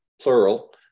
plural